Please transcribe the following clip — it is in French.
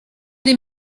des